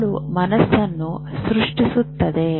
ಮೆದುಳು ಮನಸ್ಸನ್ನು ಸೃಷ್ಟಿಸುತ್ತದೆ